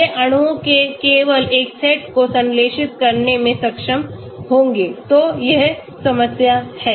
वे अणुओं के केवल एक सेट को संश्लेषित करने में सक्षम होंगेतो यह समस्या है